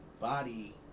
body